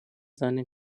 seinen